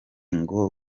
ngo